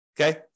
Okay